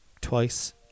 twice